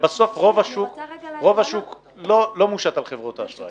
רוב השוק לא מושת על חברות האשראי.